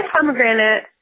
Pomegranate